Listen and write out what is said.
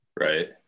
right